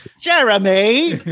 Jeremy